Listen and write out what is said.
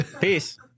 Peace